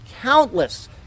countless